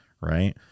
Right